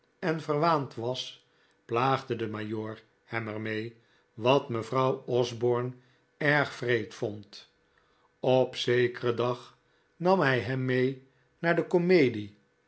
en verwaand was plaagde de majoor hem er mee wat mevrouw osborne erg wreed vond op zekeren dag nam hij hem mee naar de komedie